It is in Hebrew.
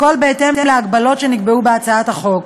הכול בהתאם להגבלות שנקבעו בהצעת החוק.